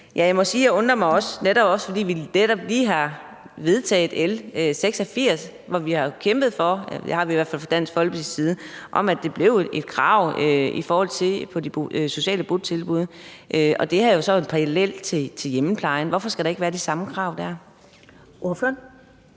også undrer mig, fordi vi netop lige har vedtaget L 86, hvor vi har kæmpet for – det har vi i hvert fald fra Dansk Folkepartis side – at det blev et krav på de sociale botilbud, som er en parallel til hjemmeplejen. Hvorfor skal der ikke være de samme krav her? Kl.